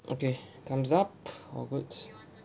okay time's up all goods